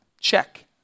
check